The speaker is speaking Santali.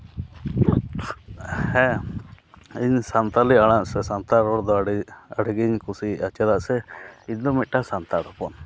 ᱦᱮᱸ ᱤᱧ ᱫᱚ ᱥᱟᱱᱛᱟᱞᱤ ᱟᱲᱟᱝ ᱥᱮ ᱥᱟᱱᱛᱟᱲ ᱨᱚᱲ ᱫᱚ ᱟᱹᱰᱤ ᱜᱮᱧ ᱠᱩᱥᱤᱭᱟᱜᱼᱟ ᱪᱮᱫᱟᱜ ᱥᱮ ᱤᱧ ᱫᱚ ᱢᱤᱫᱴᱟᱝ ᱥᱟᱱᱛᱟᱲ ᱦᱚᱯᱚᱱ